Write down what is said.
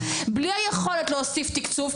בלי היכולת להוסיף תקצוב,